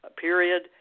period